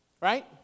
Right